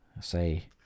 say